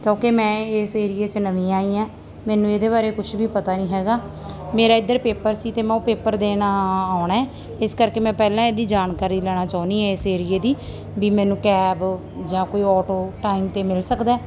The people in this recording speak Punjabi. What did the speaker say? ਕਿਉਂਕਿ ਮੈਂ ਇਸ ਏਰੀਏ 'ਚ ਨਵੀਂ ਆਈ ਹਾਂ ਮੈਨੂੰ ਇਹਦੇ ਬਾਰੇ ਕੁਛ ਵੀ ਪਤਾ ਨਹੀਂ ਹੈਗਾ ਮੇਰਾ ਇੱਧਰ ਪੇਪਰ ਸੀ ਅਤੇ ਮੈਂ ਉਹ ਪੇਪਰ ਦੇਣ ਆਉਣਾ ਹੈ ਇਸ ਕਰਕੇ ਮੈਂ ਪਹਿਲਾਂ ਇਹਦੀ ਜਾਣਕਾਰੀ ਲੈਣਾ ਚਾਹੁੰਦੀ ਏ ਇਸ ਏਰੀਏ ਦੀ ਵੀ ਮੈਨੂੰ ਕੈਬ ਜਾਂ ਕੋਈ ਆਟੋ ਟਾਈਮ 'ਤੇ ਮਿਲ ਸਕਦਾ